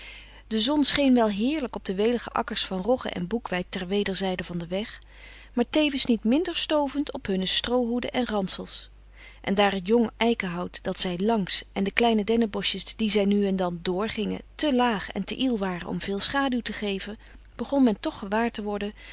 de zon scheen wel heerlijk op de welige akkers van rogge en boekweit ter wederzijde van den weg maar tevens niet minder stovend op hunne stroohoeden en ransels en daar het jong eikenhout dat zij langs en de kleine denneboschjes die zij nu en dan door gingen te laag en te iel waren om veel schaduw te geven begon men toch gewaar te worden